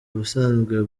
ubusanzwe